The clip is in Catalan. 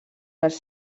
dels